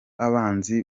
abanzi